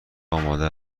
آماده